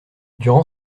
durant